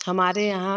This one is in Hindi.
हमारे यहाँ